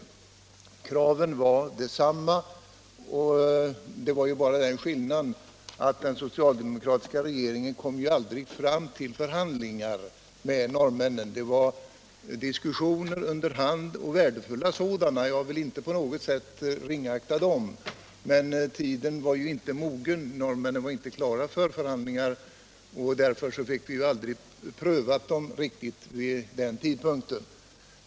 Kraven var desamma. Skillnaden var bara att den socialdemokratiska regeringen aldrig kom fram till förhandlingar med norrmännen. Det var diskussioner under hand och värdefulla sådana — jag vill inte på något sätt ringakta dem. Men tiden var inte mogen; norrmännen var inte klara för förhandlingar, och därför fick vi aldrig pröva dem riktigt vid den tidpunkten.